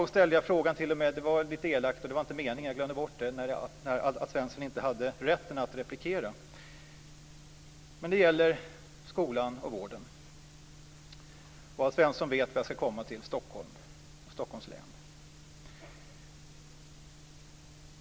Jag ställde t.o.m. frågan en gång lite elakt när Alf Svensson inte hade rätt att replikera. Det gäller skolan och vården, och Alf Svensson vet att jag vill ta upp Stockholms län.